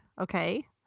Okay